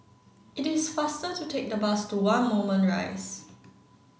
it is faster to take the bus to one Moulmein Rise